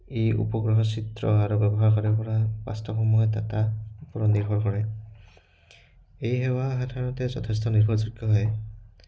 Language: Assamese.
এই উপগ্ৰহ চিত্ৰ আৰু ব্যৱহাৰকাৰীৰপৰা ওপৰত নিৰ্ভৰ কৰে এই সেৱা সাধাৰণতে যথেষ্ট নিৰ্ভৰযোগ্য হয়